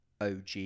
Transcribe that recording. OG